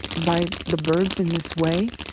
by the birds in this way.